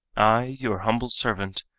i, your humble servant,